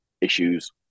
issues